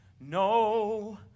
No